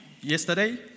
yesterday